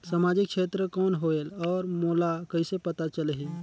समाजिक क्षेत्र कौन होएल? और मोला कइसे पता चलही?